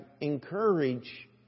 encourage